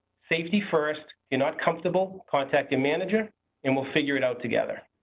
safety first, you're not comfortable, contact your manager and we'll figure it out together.